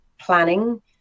planning